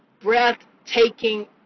breathtaking